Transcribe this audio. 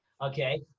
Okay